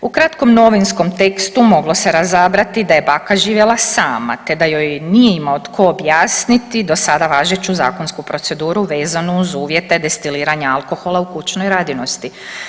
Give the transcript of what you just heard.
U kratkom novinskom tekstu moglo se razabrati da je baka živjela sama te da joj nije imao tko objasniti do sada važeću zakonsku proceduru vezanu uz uvjete destiliranja alkohola u kućnoj radinosti.